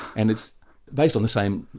and it's based on the same,